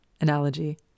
analogy